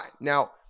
Now